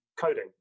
coding